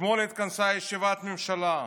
אתמול התכנסה ישיבת ממשלה.